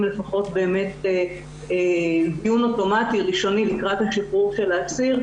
לפחות דיון אוטומטי ראשוני לקראת השחרור של האסיר,